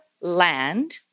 land